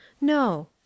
No